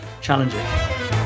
challenging